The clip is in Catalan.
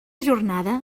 jornada